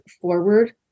forward